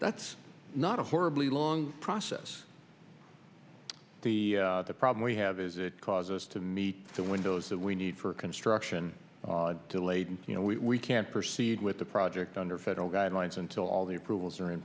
that's not a horribly long process the problem we have is it cause us to meet the windows that we need for construction delayed and you know we can't proceed with the project under federal guidelines until all the approvals are in